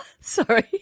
Sorry